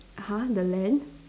(uh huh) the land